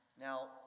Now